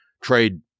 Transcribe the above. Trade